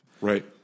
Right